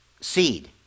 seed